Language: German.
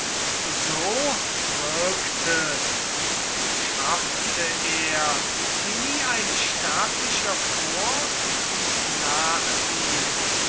so wirkte und schaffte er wie nie ein sterblicher vor und nach ihm